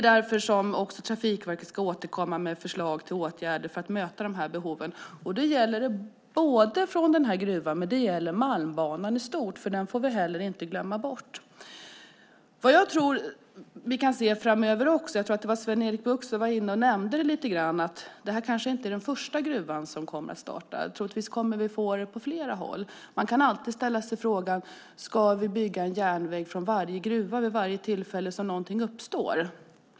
Därför ska Trafikverket återkomma med förslag till åtgärder för att möta dessa behov. Det gäller både transporterna från den här gruvan och Malmbanan i stort. Den får vi heller inte glömma bort. Vad jag tror att vi kommer att få se - Sven-Erik Bucht nämnde också detta - är att detta inte är den första gruvan som startar. Troligtvis kommer vi att få gruvor på flera håll. Man kan alltid ställa sig frågan om vi ska bygga en järnväg från varje gruva vid varje tillfälle när behov uppstår.